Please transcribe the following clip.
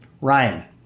Ryan